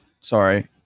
Sorry